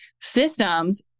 systems